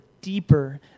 deeper